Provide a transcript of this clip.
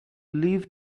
leave